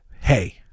hey